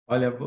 Olha